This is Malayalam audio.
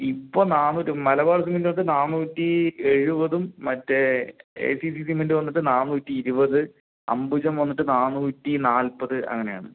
ഇപ്പം നാണൂറ്റി മലബാർ സിമൻറ്റിനൊക്കെ നാണൂറ്റി എഴുവതും മറ്റേ എ സി സി സിമൻറ്റ് വന്നിട്ട് നാണൂറ്റി ഇരുപത് അംബുജം വന്നിട്ട് നാണൂറ്റി നാൽപ്പത് അങ്ങനെയാണ്